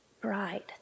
bride